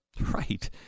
Right